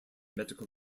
medical